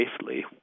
safely